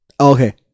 Okay